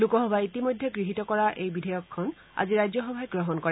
লোকসভাই ইতিমধ্যে গৃহীত কৰা এই বিধেয়কখন আজি ৰাজ্যসভাই গ্ৰহণ কৰে